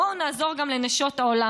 בואו נעזור גם לנשות העולם.